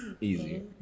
Easy